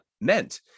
meant